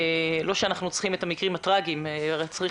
לא שאנחנו צריכים את המקרים הטרגיים אלא צריך